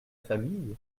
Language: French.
famille